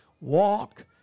Walk